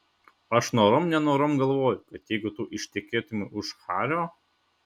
aš norom nenorom galvoju kad jeigu tu ištekėtumei už hario